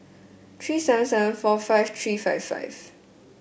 three seven seven four five three five five